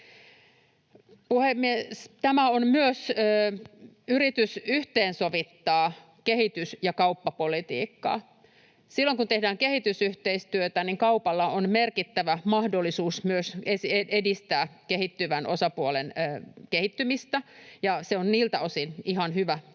Tämä on myös yritys yhteensovittaa kehitys- ja kauppapolitiikkaa. Silloin, kun tehdään kehitysyhteistyötä, kaupalla on merkittävä mahdollisuus myös edistää kehittyvän osapuolen kehittymistä, ja se on siltä osin ihan hyvä tavoite.